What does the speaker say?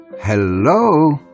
Hello